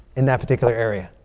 in that particular area.